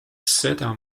seda